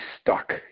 stuck